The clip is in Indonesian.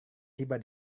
tiba